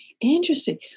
Interesting